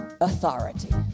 authority